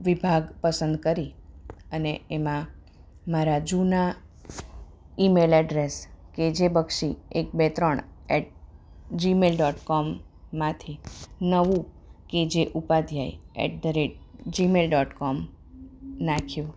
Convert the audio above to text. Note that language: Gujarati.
વિભાગ પસંદ કરી અને એમાં મારા જૂના ઈમેલ એડ્રેસ કે જે બક્ષી એક બે ત્રણ એટ જીમેલ ડોટ કોમમાંથી નવું કે જે Upadhyay at the rate gmail dot com નાખ્યું